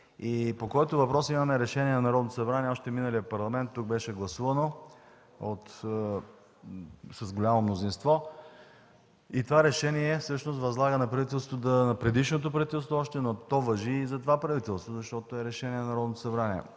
и по който въпрос имаме решение на Народното събрание още в миналия Парламент – тук беше гласувано с голямо мнозинство, и това решение всъщност възлага още на предишното правителство, но то важи и за това правителство, защото е решение на Народното събрание.